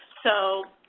so,